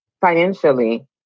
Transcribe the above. financially